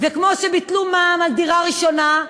וכמו שביטלו מע"מ על דירה ראשונה,